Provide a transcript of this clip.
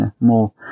more